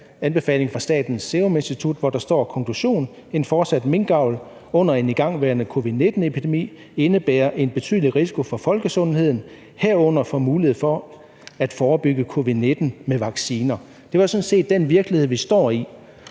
anbefaling fra Statens Serum Institut, hvor der står: »Konklusion: En fortsat minkavl under en igangværende COVID-19 epidemi indebærer en betydelig risiko for folkesundheden, herunder for mulighederne for at forebygge COVID-19 med vacciner.« Det var sådan set virkeligheden –